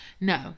No